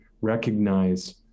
recognize